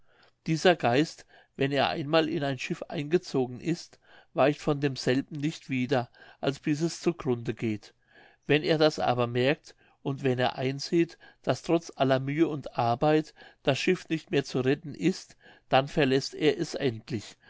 dieser geist wenn er einmal in ein schiff eingezogen ist weicht von demselben nicht wieder als bis es zu grunde geht wenn er das aber merkt und wenn er einsieht daß trotz aller mühe und arbeit das schiff nicht mehr zu retten ist dann verläßt er es endlich